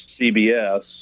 CBS